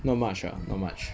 not much ah not much